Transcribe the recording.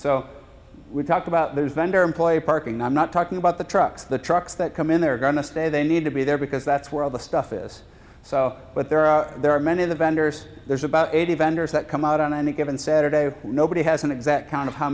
parking i'm not talking about the trucks the trucks that come in they're gonna stay they need to be there because that's where all the stuff is so but there are there are many of the vendors there's about eighty vendors that come out on any given saturday nobody has an exact count of how